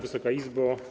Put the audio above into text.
Wysoka Izbo!